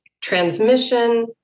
transmission